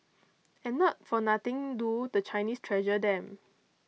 and not for nothing do the Chinese treasure them